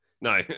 No